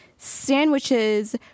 Sandwiches